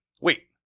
Wait